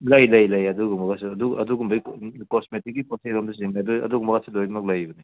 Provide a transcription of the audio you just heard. ꯂꯩ ꯂꯩ ꯂꯩ ꯑꯗꯨꯒꯨꯝꯕꯒꯁꯨ ꯑꯗꯨꯒꯨꯝꯕꯩ ꯀꯣꯁꯃꯦꯇꯤꯛꯀꯤ ꯄꯣꯠ ꯆꯩꯔꯣꯝꯗ ꯆꯤꯡꯉꯦ ꯑꯗꯨꯒꯨꯝꯕꯒꯥꯁꯨ ꯂꯣꯏꯅꯃꯛ ꯂꯩꯕꯅꯦ